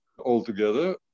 altogether